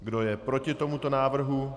Kdo je proti tomuto návrhu?